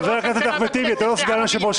חבר הכנסת טיבי, אתה לא חבר נשיאות?